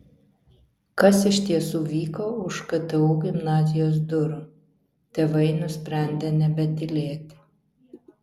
kas iš tiesų vyko už ktu gimnazijos durų tėvai nusprendė nebetylėti